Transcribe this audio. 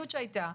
שהיתה.